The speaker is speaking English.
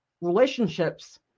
relationships